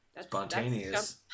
spontaneous